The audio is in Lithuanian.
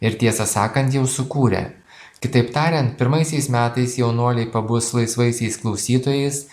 ir tiesą sakant jau sukūrė kitaip tariant pirmaisiais metais jaunuoliai pabus laisvaisiais klausytojais